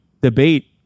debate